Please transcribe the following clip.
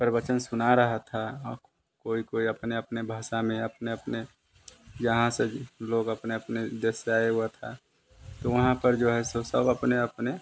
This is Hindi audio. प्रवचन सुना रहा था और कोई कोई अपने अपने भाषा में अपने अपने यहाँ से लोग अपने अपने देश से आया हुआ था तो वहाँ पर जो है सो सब अपने अपने